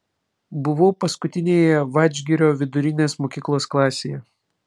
buvau paskutinėje vadžgirio vidurinės mokyklos klasėje